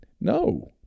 no